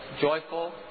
joyful